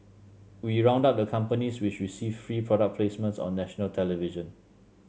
we round up the companies which received free product placements on national television